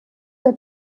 der